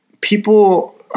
people